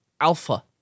alpha